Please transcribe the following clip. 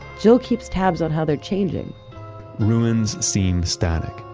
jill keeps tabs on how they're changing ruins seem static.